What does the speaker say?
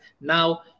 Now